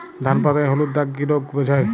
ধান পাতায় হলুদ দাগ কি রোগ বোঝায়?